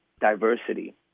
diversity